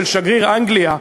של שגריר אנגליה.